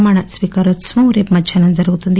ప్రమాణ స్వీకారోత్సవం రేపు మధ్యాహ్నం జరుగుతుంది